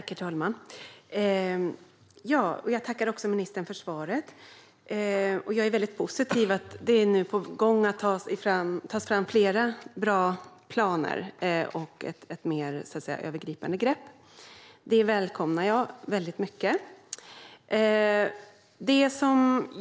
Herr talman! Jag tackar ministern för svaret. Jag är positiv då det nu är på gång att ta fram flera bra planer och ett mer övergripande grepp. Detta välkomnar jag mycket.